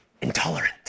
intolerant